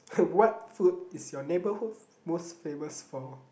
what food is your neighbourhood most famous for